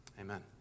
amen